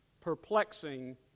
perplexing